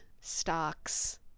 stocks